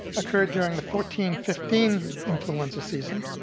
occurred during the fourteen fifteen influenza season.